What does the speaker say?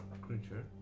creature